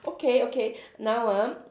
okay okay now ah